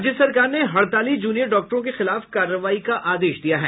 राज्य सरकार ने हड़ताली जूनियर डॉक्टरों के खिलाफ कार्रवाई का आदेश दिया है